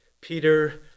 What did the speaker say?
Peter